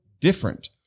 different